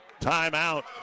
timeout